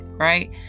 Right